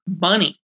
money